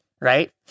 Right